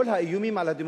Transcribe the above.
אדוני.